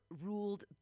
ruled